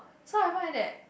so I find that